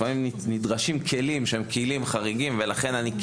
לפעמים אני חושב שזה כן נצרך.